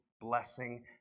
blessing